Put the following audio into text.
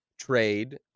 trade